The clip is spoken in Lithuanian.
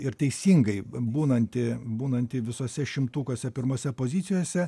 ir teisingai būnanti būnanti visuose šimtukuose pirmose pozicijose